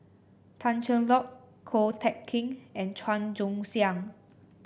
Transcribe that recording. Tan Cheng Lock Ko Teck Kin and Chua Joon Siang